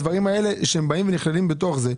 הדברים האלה שהם באים ונכללים בתוך זה,